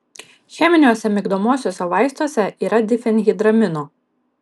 cheminiuose migdomuosiuose vaistuose yra difenhidramino